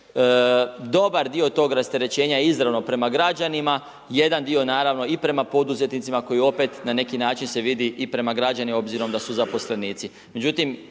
dobar dio tog rasterećenja je izravno prema građanima. Jedan dio naravno i prema poduzetnicima koji opet na neki način se vidi i prema građanima obzirom da su zaposlenici.